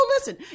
Listen